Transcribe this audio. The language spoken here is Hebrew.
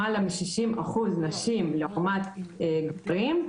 למעלה מ- 60% נשים לעומת גברים,